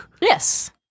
Yes